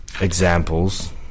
Examples